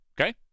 Okay